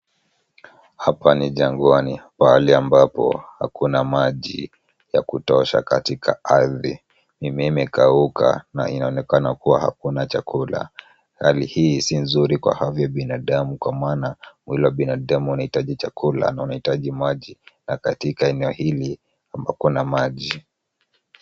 Hapa ni jangwani, pahali ambapo hakuna maji ya kutosha katika ardhi. Mimea imekauka na inaonekana kuwa hakuna chakula. Hali hii si nzuri kwa afya ya binadamu kwa maana mwili wa binadamu unaitaji chakula na unahitaji maji, na katika eneo hili ambako hakuna maji.